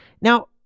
Now